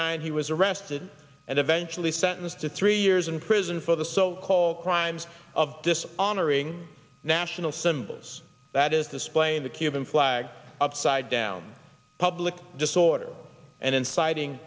nine he was arrested and eventually sentenced to three years in prison for the so called crimes of this honoring national symbols that is displaying the cuban flag upside down public disorder and inciting